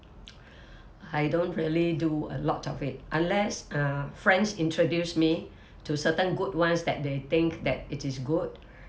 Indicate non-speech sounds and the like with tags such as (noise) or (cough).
(noise) I don't really do a lot of it unless uh friends introduce me to certain good ones that they think that it is good